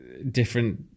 different